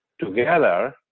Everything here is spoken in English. together